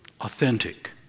authentic